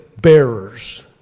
bearers